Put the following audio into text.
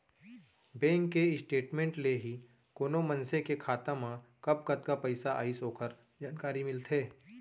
bank के statement ले ही कोनो मनसे के खाता मा कब कतका पइसा आइस ओकर जानकारी मिलथे